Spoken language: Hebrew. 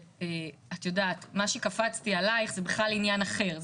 מה שקפצתי עליך זה בכלל עניין אחר,